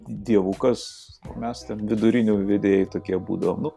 dievukas mes ten vidurinių vedėjai tokie būdavom nu